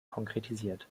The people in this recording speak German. konkretisiert